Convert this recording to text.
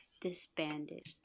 disbanded